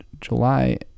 july